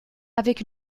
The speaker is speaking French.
avec